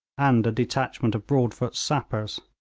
and a detachment of broadfoot's sappers.